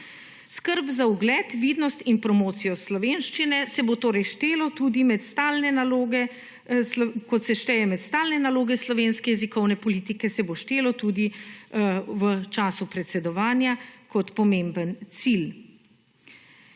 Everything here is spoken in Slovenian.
Skrb za ugled, vidnost in promocijo slovenščine se bo torej štelo tudi med stalne naloge kot se šteje med stalne naloge slovenske jezikovne slovenske politike se bo štelo tudi v času predsedovanja kot pomemben cilj.